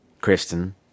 Kristen